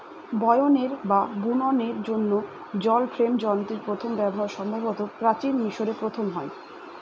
বয়নের বা বুননের জন্য জল ফ্রেম যন্ত্রের প্রথম ব্যবহার সম্ভবত প্রাচীন মিশরে প্রথম হয়